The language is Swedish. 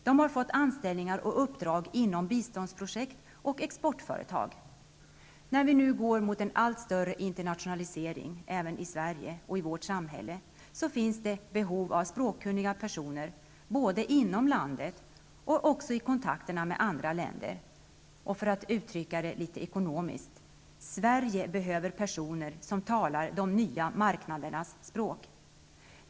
De har fått anställningar och uppdrag inom biståndsprojekt och exportföretag. När vi nu går mot en allt större internationalisering även i Sverige finns det behov av språkkunniga personer både inom landet och i kontakterna med andra länder. För att uttrycka det litet ekonomiskt: Sverige behöver personer som talar ''de nya marknadernas språk''.